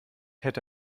hätte